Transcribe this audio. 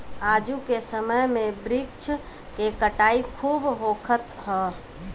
आजू के समय में वृक्ष के कटाई खूब होखत हअ